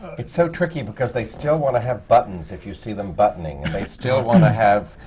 it's so tricky, because they still want to have buttons, if you see them buttoning. and they still wanna have,